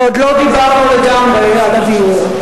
ועוד לא דיברנו לגמרי על הדיור.